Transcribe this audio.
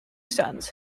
sons